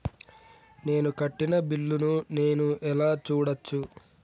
నేను కట్టిన బిల్లు ను నేను ఎలా చూడచ్చు?